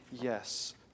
yes